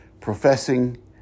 professing